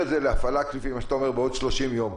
להפעלה לפי מה שאתה אומר בעוד 30 יום,